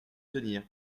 tenir